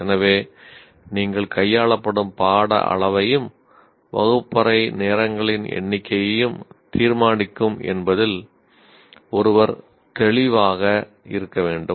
எனவே நீங்கள் கையாளப்படும் பாட அளவையும் வகுப்பறை நேரங்களின் எண்ணிக்கையும் தீர்மானிக்கும் என்பதில் ஒருவர் தெளிவாக இருக்க வேண்டும்